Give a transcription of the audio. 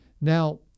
Now